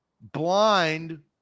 blind